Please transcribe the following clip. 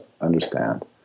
understand